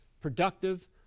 productive